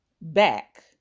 back